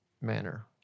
manner